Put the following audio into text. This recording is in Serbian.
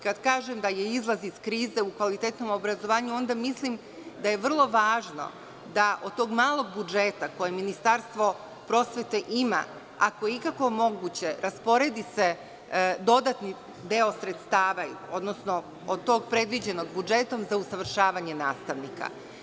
Kada kažem da je izlaz iz krize u kvalitetnom obrazovanju, onda mislim da je vrlo važno da od tog malog budžeta koje Ministarstvo prosvete ima, ako je ikako moguće, rasporedi se dodatni deo sredstava, odnosno od tog predviđenog budžetom, za usavršavanje nastavnika.